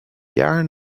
jaar